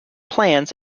plans